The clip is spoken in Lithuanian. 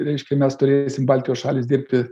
reiškia mes turėsim baltijos šalys dirbti